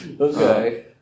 Okay